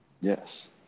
yes